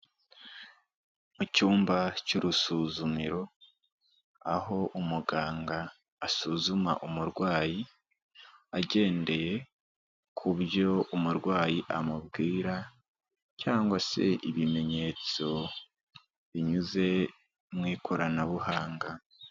Mu cyumba cy'urusuzumiro aho umuganga asuzuma umurwayi agendeye ku byo umurwayi amubwira cyangwa se ibimenyetso binyuze mu ikoranabuhanga.